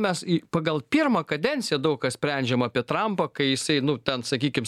mes į pagal pirmą kadenciją daug ką sprendžiam apie trampą kai jisai nu ten sakykim